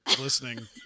listening